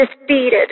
Defeated